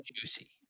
juicy